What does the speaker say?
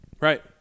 Right